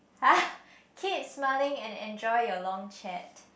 !huh! keep smiling and enjoy your long chat